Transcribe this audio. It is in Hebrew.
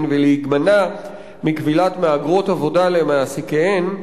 ולהימנע מכבילת מהגרות עבודה למעסיקיהן,